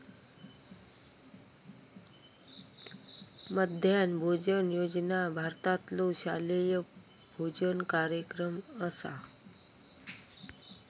मध्यान्ह भोजन योजना भारतातलो शालेय भोजन कार्यक्रम असा